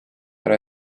ära